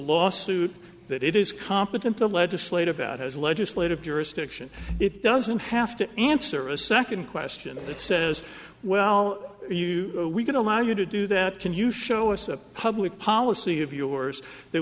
lawsuit that it is competent to legislate about his legislative jurisdiction it doesn't have to answer a second question that says well you know we can allow you to do that can you show us a public policy of yours that